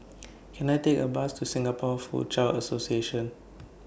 Can I Take A Bus to Singapore Foochow Association